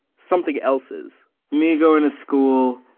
something else is me going to school,